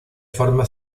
forma